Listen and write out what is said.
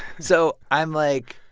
so i'm like,